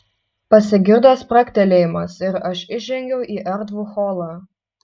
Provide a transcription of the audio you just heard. pasigirdo spragtelėjimas ir aš įžengiau į erdvų holą